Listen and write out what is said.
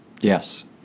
Yes